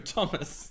Thomas